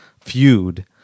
feud